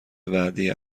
وعده